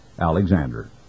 Alexander